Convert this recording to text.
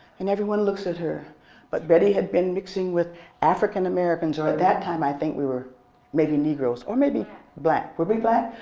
and everyone looks at her but betty had been mixing with african americans or at that time i think we were maybe negros or black where we black?